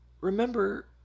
remember